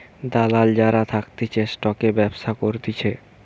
দালাল যারা থাকতিছে স্টকের ব্যবসা করতিছে